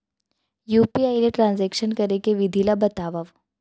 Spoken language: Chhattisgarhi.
यू.पी.आई ले ट्रांजेक्शन करे के विधि ला बतावव?